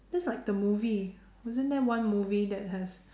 that's like the movie wasn't there one movie that has